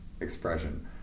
expression